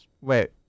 Wait